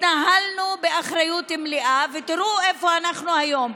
התנהלנו באחריות מלאה, ותראו איפה אנחנו היום.